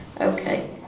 Okay